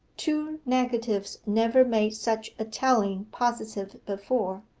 two negatives never made such a telling positive before.